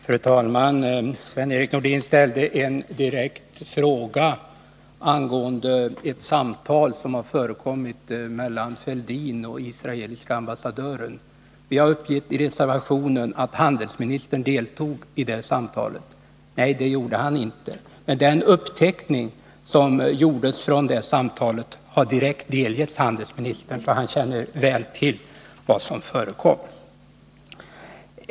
Fru talman! Sven-Erik Nordin ställde en direkt fråga till mig angående ett samtal som förekommit mellan Thorbjörn Fälldin och den israeliske ambassadören. Vi har uppgett i reservationen att handelsministern deltog i det samtalet. — Nej, han deltog inte. Men den uppteckning som gjordes från det samtalet har direkt delgetts handelsministern, så han kände väl till vad som förekom.